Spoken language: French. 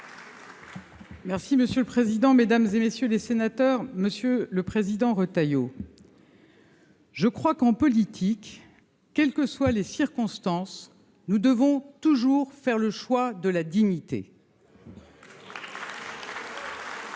Merci monsieur le président, Mesdames et messieurs les sénateurs, Monsieur le Président, Retailleau. Je crois qu'en politique, quelles que soient les circonstances, nous devons toujours faire le choix de la dignité. Une jeune